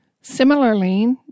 Similarly